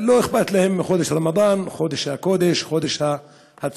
לא אכפת להם מחודש הרמדאן, חודש הקודש, חודש הצום,